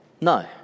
No